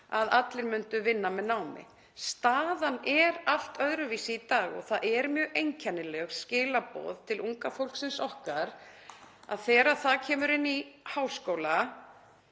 að allir ynnu með námi. Staðan er allt öðruvísi í dag. Það eru mjög einkennileg skilaboð til unga fólksins okkar þegar það kemur í háskóla